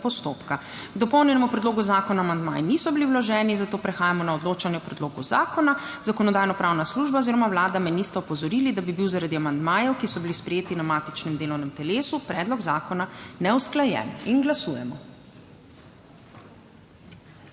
postopka. K dopolnjenemu predlogu zakona amandmaji niso bili vloženi, zato prehajamo na odločanje o predlogu zakona. Zakonodajno-pravna služba oziroma Vlada me nista opozorili, da bi bil zaradi amandmajev, ki so bili sprejeti na matičnem delovnem telesu, predlog zakona neusklajen. Glasujemo.